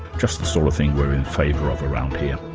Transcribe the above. just the sort of thing we're in favour of around here.